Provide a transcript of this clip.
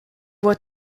what